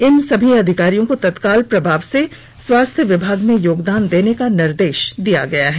इन सभी अधिकारियों को तत्काल प्रभाव से स्वास्थ्य विभाग में योगदान देने का निर्देश दिया गया है